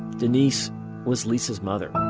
denise was lisa's mother.